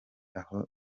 aho